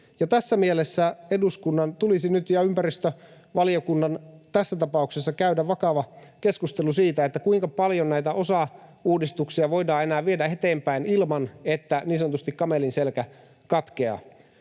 Tässä mielessä eduskunnan ja ympäristövaliokunnan tulisi nyt tässä tapauksessa käydä vakava keskustelu siitä, kuinka paljon näitä osauudistuksia voidaan enää viedä eteenpäin ilman, että niin sanotusti kamelin selkä katkeaa.